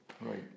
Right